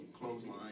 Clothesline